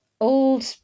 old